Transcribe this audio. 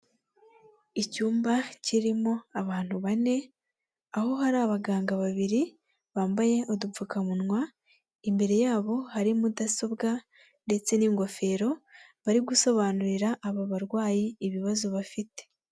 Icyumba kirimo abantu bane aho hari abaganga babiri bambaye udupfukamunwa, imbere yabo hari mudasobwa ndetse n'ingofero bari gusobanurira aba barwayi ibibazo bafite.